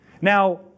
Now